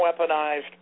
weaponized